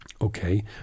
Okay